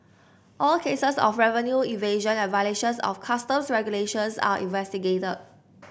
all cases of revenue evasion and violations of Customs regulations are investigated